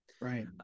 Right